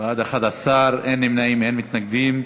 בעד 11, אין נמנעים, אין מתנגדים.